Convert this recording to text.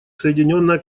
соединенное